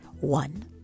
One